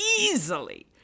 easily